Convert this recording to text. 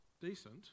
decent